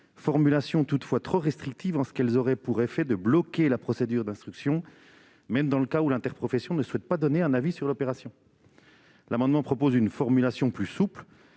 formulation était trop restrictive : elle aurait pour effet de bloquer la procédure d'instruction, même dans les cas où l'interprofession ne souhaite pas donner un avis sur l'opération. Cet amendement tend à offrir une formulation plus souple,